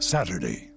Saturday